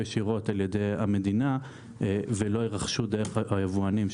ישירות על ידי המדינה ולא יירכשו דרך היבואנים,